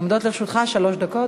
עומדות לרשותך שלוש דקות.